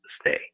stay